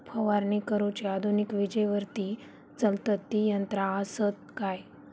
फवारणी करुची आधुनिक विजेवरती चलतत ती यंत्रा आसत काय?